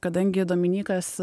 kadangi dominykas